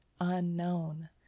unknown